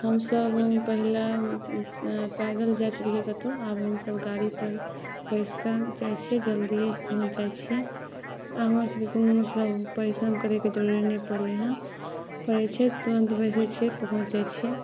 हमसब पहिले पैदल जाइत रहिए कतहु आब हमसब गाड़ीपर बैसिकऽ जाइ छिए जल्दिए पहुँच जाइ छिए आब हमर सबके कोनो मतलब परिश्रम करैके जरूरी नहि पड़लै हँ पड़ै छै तुरन्त बैसै छिए पहुँच जाइ छिए